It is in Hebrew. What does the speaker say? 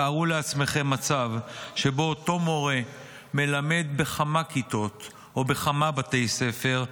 תארו לעצמכם מצב שבו אותו מורה מלמד בכמה כיתות או בכמה בתי ספר,